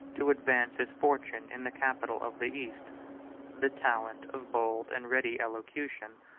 to advance his fortune in the capital of the east the talent of bold and ready elocution,